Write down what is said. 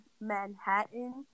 Manhattan